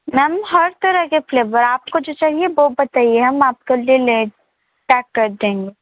ma'am हर तरह के फ्लेवर आपको जो चाहिए वो बताइए हम आपके लिए पैक कर देंगे